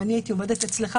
אם אני הייתי עובדת אצלך,